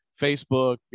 Facebook